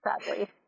Sadly